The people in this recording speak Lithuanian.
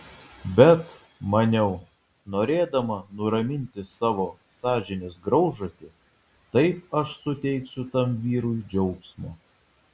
bet maniau norėdama nuraminti savo sąžinės graužatį taip aš suteiksiu tam vyrui džiaugsmo